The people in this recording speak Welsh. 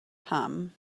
pam